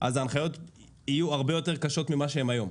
ההנחיות יהיו הרבה יותר קשות ממה שהן היום.